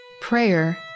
Prayer